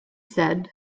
said